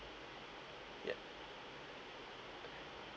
yup